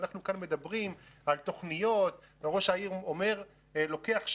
ואנחנו כאן מדברים על תוכניות וראש העיר אומר: לוקח שש,